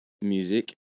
music